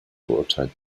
verurteilt